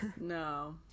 no